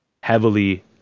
heavily